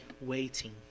waiting